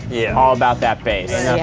yeah, all about that base.